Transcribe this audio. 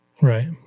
Right